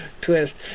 twist